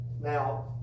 Now